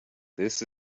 this